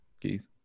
Keith